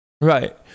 Right